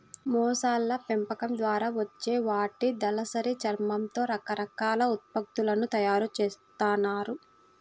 మొసళ్ళ పెంపకం ద్వారా వచ్చే వాటి దళసరి చర్మంతో రకరకాల ఉత్పత్తులను తయ్యారు జేత్తన్నారు